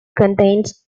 contains